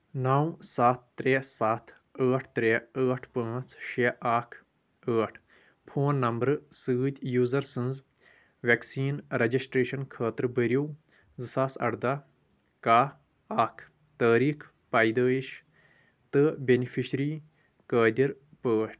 نو ستھ ترٛےٚ ستھ ٲٹھ ترٛےٚ ٲٹھ پانٛژھ شیٚے اکھ ٲٹھ فون نمبرٕ سۭتۍ یوزر سٕنٛز ویکسیٖن رجسٹریشن خٲطرٕ بٔرِو زٕ ساس اردہ کہہ اکھ تٲریٖخ پیدٲئش تہٕ بینِفیشری قٲدر پٲٹھۍ